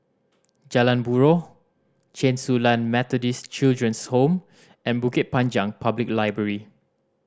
Jalan Buroh Chen Su Lan Methodist Children's Home and Bukit Panjang Public Library